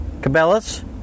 Cabela's